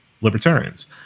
libertarians